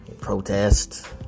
protests